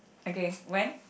okay when